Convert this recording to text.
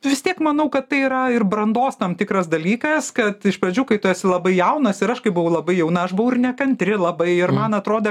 vis tiek manau kad tai yra ir brandos tam tikras dalykas kad iš pradžių kai tu esi labai jaunas ir aš kai buvau labai jauna aš buvau ir nekantri labai ir man atrodė